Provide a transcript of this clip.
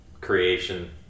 creation